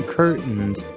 curtains